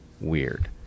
weird